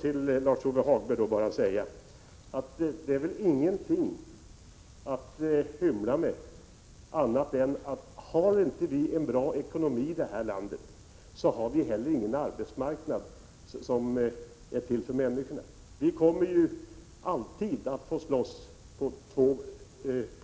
Till Lars-Ove Hagberg vill jag säga att vi väl inte skall hymla med det faktum att om vi inte har en bra ekonomi i landet så har vi heller ingen arbetsmarknad att erbjuda människorna. Vi kommer alltid att få slåss på två